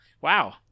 Wow